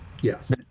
Yes